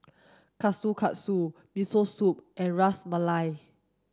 Kushikatsu Miso Soup and Ras Malai